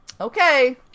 okay